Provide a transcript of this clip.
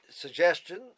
Suggestion